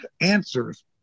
answers